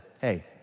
hey